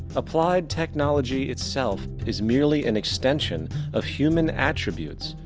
applied technology itself is merely and extension of human attributes,